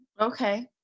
Okay